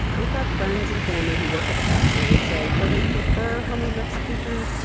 they've got friends and family who work at the factory and say though they prefer homemade mexican food,